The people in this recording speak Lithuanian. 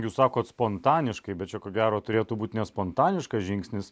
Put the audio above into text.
jūs sakot spontaniškai bet čia ko gero turėtų būt ne spontaniškas žingsnis